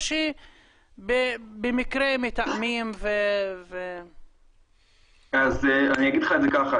או במקרה מתאמים ו- -- אני אגיד לך את זה ככה.